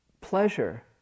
pleasure